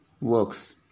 works